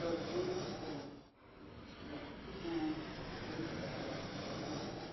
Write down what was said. ba voole puan la vuurɛ yele puan zamesegɔ.